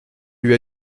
lui